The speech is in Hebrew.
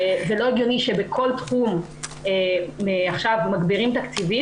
זה לא הגיוני שבכל תחום עכשיו מגבירים תקציבים